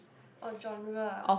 oh genre